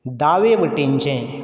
दावे वटेनचें